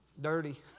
dirty